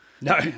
No